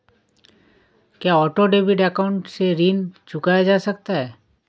क्या auto debit account से ऋण चुकाया जा सकता है?